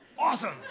Awesome